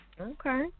Okay